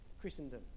Christendom